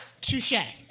Touche